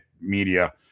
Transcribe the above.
media